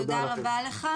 תודה לכם.